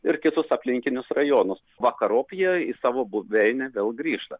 ir kitus aplinkinius rajonus vakarop jie į savo buveinę vėl grįžta